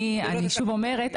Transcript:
אני שוב אומרת,